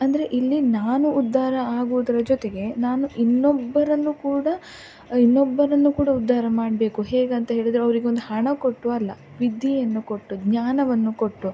ಅಂದರೆ ಇಲ್ಲಿ ನಾನು ಉದ್ಧಾರ ಆಗುವುದ್ರ ಜೊತೆಗೆ ನಾನು ಇನ್ನೊಬ್ಬರನ್ನು ಕೂಡ ಇನ್ನೊಬ್ಬರನ್ನು ಕೂಡ ಉದ್ಧಾರ ಮಾಡಬೇಕು ಹೇಗೆ ಅಂತ ಹೇಳಿದರೆ ಅವರಿಗೆ ಒಂದು ಹಣ ಕೊಟ್ಟು ಅಲ್ಲ ವಿದ್ಯೆಯನ್ನು ಕೊಟ್ಟು ಜ್ಞಾನವನ್ನು ಕೊಟ್ಟು